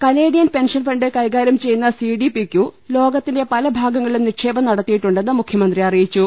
Canadian pension fund കൈകാര്യം ചെയ്യുന്ന C D P Q ലോകത്തിന്റെ പല ഭാഗങ്ങ ളിലും നിക്ഷേപം നടത്തിയിട്ടുണ്ടെന്ന് മുഖ്യമന്ത്രി അറി യിച്ചു